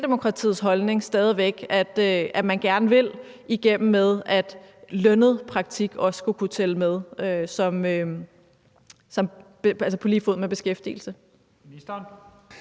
Socialdemokratiets holdning, at man gerne vil igennem med, at lønnet praktik også skulle kunne tælle med på lige fod med beskæftigelse? Kl.